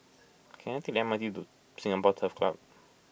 can I take the M R T to Singapore Turf Club